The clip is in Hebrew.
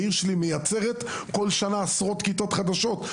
העיר שלי מייצרת בכל שנה עשרות כיתות חדשות,